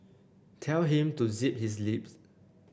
tell him to zip his lip